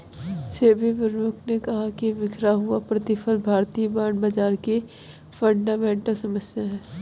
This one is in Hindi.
सेबी प्रमुख ने कहा कि बिखरा हुआ प्रतिफल भारतीय बॉन्ड बाजार की फंडामेंटल समस्या है